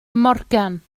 morgan